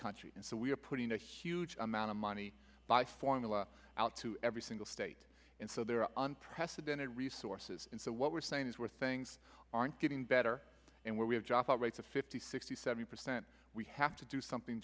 country and so we are putting a huge amount of money by formula out to every single state and so they're on precedented resources and so what we're saying is where things aren't getting better and where we have jobs are rates of fifty sixty seventy percent we have to do something